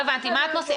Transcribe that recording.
לא הבנתי.